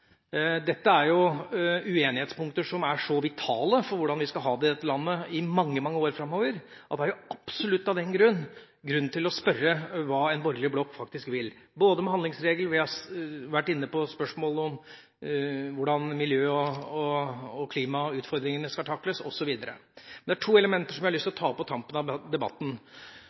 Dette er jo uenighetspunkter som er så vitale for hvordan vi skal ha det i dette landet i mange, mange år framover, at det av den grunn absolutt er grunn til å spørre hva en borgerlig blokk faktisk vil, både med handlingsregelen, spørsmålet om hvordan miljø- og klimautfordringene skal takles, osv. Jeg har lyst til å ta opp to elementer på tampen av debatten.